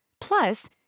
Plus